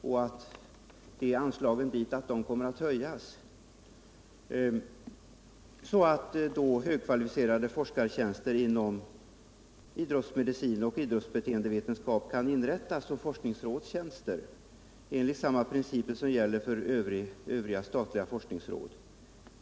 Man skulle därmed kunna inrätta tjänster för högkvalificerade forskare inom idrottsmedicin och idrottsbeteendevetenskap enligt samma principer som gäller för övriga statliga forskningsråd.